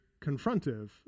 confrontive